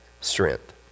strength